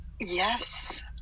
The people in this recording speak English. yes